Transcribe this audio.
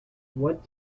what